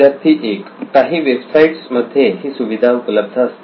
विद्यार्थी 1 काही वेबसाईट्स मध्ये ही सुविधा उपलब्ध असते